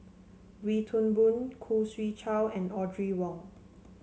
Wee Toon Boon Khoo Swee Chiow and Audrey Wong